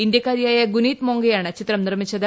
ഇന്ത്യക്കാരിയായ റുനീത് മോംഗയാണ് ചിത്രം നിർമ്മിച്ചത്